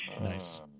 Nice